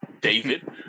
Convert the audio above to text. David